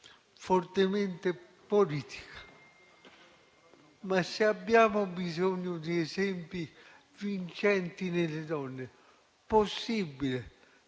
fortemente politica: se abbiamo bisogno di esempi vincenti nelle donne, possibile